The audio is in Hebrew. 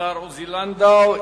השר עוזי לנדאו.